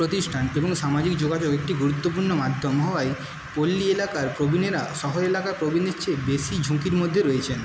প্রতিষ্ঠান এবং সামাজিক যোগাযোগ একটি গুরুত্বপূর্ণ মাধ্যম হওয়ায় পল্লী এলাকার প্রবীণেরা শহুরে এলাকার প্রবীণদের চেয়ে বেশি ঝুঁকির মধ্যে রয়েছেন